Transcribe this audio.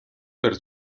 per